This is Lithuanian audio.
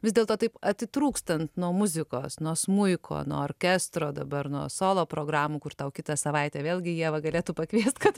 vis dėlto taip atitrūkstant nuo muzikos nuo smuiko nuo orkestro dabar nuo solo programų kur tau kitą savaitę vėlgi ieva galėtų pakviest kad